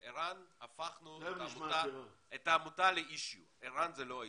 ער"ן, הפכנו את העמותה לאישיו, ער"ן זה לא האישיו,